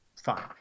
Fine